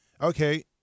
okay